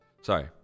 sorry